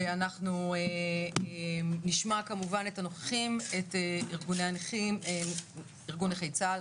אנחנו נשמע כמובן את הנוכחים, את ארגון נכי צה"ל